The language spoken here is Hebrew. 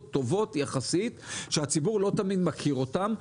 טובות יחסית שהציבור לא תמיד מכיר אותן,